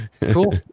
Cool